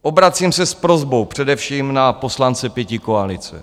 Obracím se s prosbou především na poslance pětikoalice.